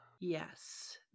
Yes